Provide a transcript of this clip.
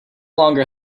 longer